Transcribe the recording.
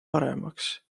paremaks